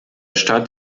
stadt